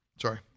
Sorry